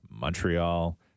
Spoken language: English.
Montreal